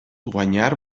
guanyar